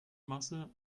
masse